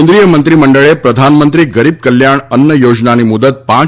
કેન્દ્રીય મંત્રીમંડળે પ્રધાનમંત્રી ગરીબ કલ્યાણ અન્ન યોજનાની મુદત પાંચ